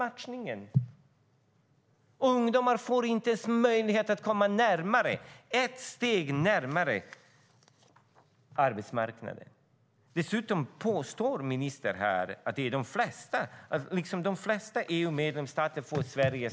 Men ungdomar får inte ens möjlighet att komma ett steg närmare arbetsmarknaden. Dessutom påstår ministern att de flesta EU-medlemsstater får samma stöd som Sverige.